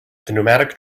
pneumatic